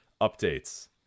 updates